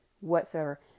whatsoever